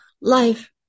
life